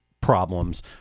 problems